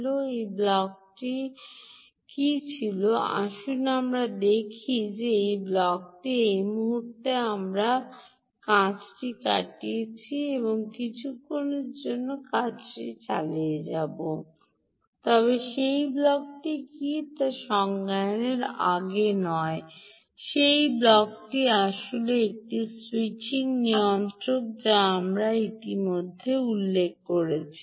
এটি এই ব্লকটি ছিল আসুন আমরা দেখি যে এই ব্লকটি এই মুহূর্তে আমরা কাঁচটি কাটিয়েছি এবং এটি কিছুক্ষণের জন্য কাচ চালিয়ে যাব তবে সেই ব্লকটি কী তা সংজ্ঞায়নের আগে নয় সেই ব্লকটি আসলে একটি স্যুইচিং নিয়ন্ত্রক আমরা ইতিমধ্যে এটি উল্লেখ করেছি